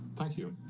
thank you.